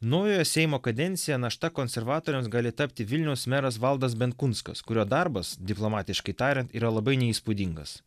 naujojo seimo kadencija našta konservatoriams gali tapti vilniaus meras valdas benkunskas kurio darbas diplomatiškai tariant yra labai neįspūdingas